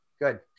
Good